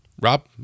Rob